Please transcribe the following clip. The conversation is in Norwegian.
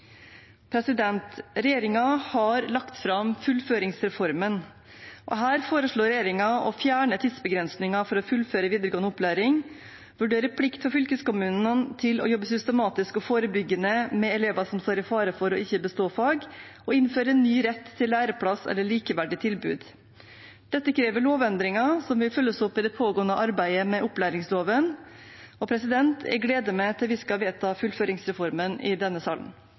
har lagt fram fullføringsreformen. Her foreslår regjeringen å fjerne tidsbegrensningen for å fullføre videregående opplæring, vurdere plikt for fylkeskommunene til å jobbe systematisk og forebyggende med elever som står i fare for ikke å bestå i fag, og innføre ny rett til læreplass eller likeverdig tilbud. Dette krever lovendringer, som vil følges opp i det pågående arbeidet med opplæringsloven. Jeg gleder meg til vi skal vedta fullføringsreformen i denne salen.